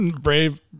brave